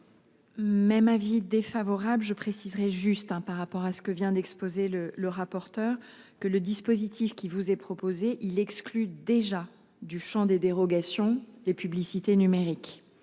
Même avis défavorable je préciserai juste hein par rapport à ce que vient d'exposer le le rapporteur, que le dispositif qui vous est proposé, il exclut déjà du chant des dérogations, les publicités numériques.